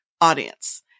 audience